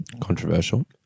Controversial